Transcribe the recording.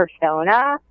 persona